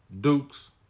Dukes